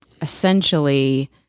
essentially